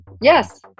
Yes